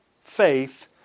faith